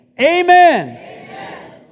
Amen